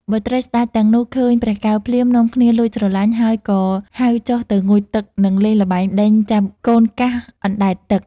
បុត្រីស្ដេចទាំងនោះឃើញព្រះកែវភ្លាម នាំគ្នាលួចស្រឡាញ់ ហើយក៏ហៅចុះទៅងូតទឹកនិងលេងល្បែងដេញចាប់កូនកាសអណ្ដែតទឹក។